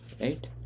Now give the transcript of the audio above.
Right